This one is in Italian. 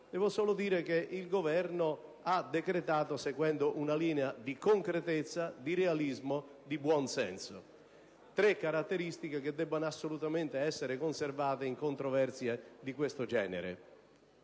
devo solo dire che il Governo ha decretato seguendo una linea di concretezza, di realismo, di buon senso: tre caratteristiche che debbono assolutamente essere conservate in controversie di questo genere.